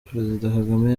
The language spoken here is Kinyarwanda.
kagame